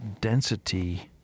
density